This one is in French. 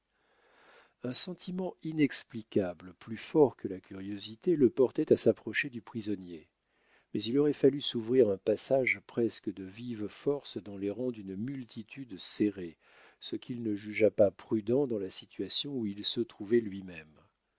un sentiment inexplicable plus fort que la curiosité le portait à s'approcher du prisonnier mais il aurait fallu s'ouvrir un passage presque de vive force dans les rangs d'une multitude serrée ce qu'il ne jugea pas prudent dans la situation où il se trouvait lui-même